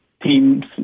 teams